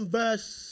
verse